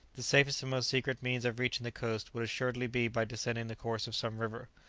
the safest and most secret means of reaching the coast would assuredly be by descending the course of some river.